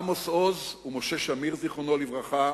עמוס עוז ומשה שמיר, זיכרונו לברכה.